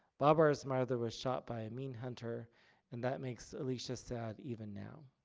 barbara's mother was shot by a mean hunter and that makes alicia sad even now.